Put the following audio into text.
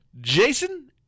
Jason